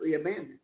abandoned